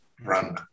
run